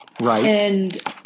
Right